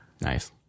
Nice